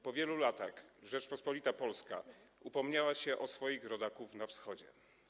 Po wielu latach Rzeczpospolita Polska upomniała się o swoich rodaków na Wschodzie.